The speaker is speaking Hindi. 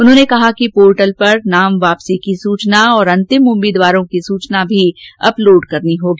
उन्होंने कहा कि पोर्टल पर नाम वापसी की सूचना और अंतिम उम्मीदवारों की सूचना भी अपलोड करनी होगी